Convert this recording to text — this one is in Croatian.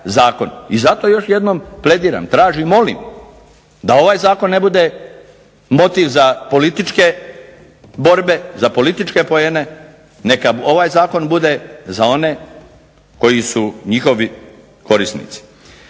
I zato još jednom plediram, tražim, molim da ovaj zakon ne bude motiv za političke borbe, za političke poene, neka ovaj zakon bude za one koji su njihovi korisnici.